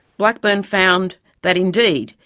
blackburn found that, indeed,